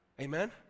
Amen